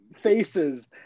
faces